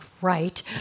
right